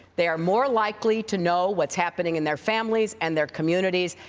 they are more likely to know what's happening in their families and their communities,